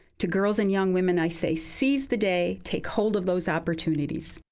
to girls and young women, i say seize the day. take hold of those opportunities.